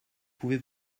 pouvez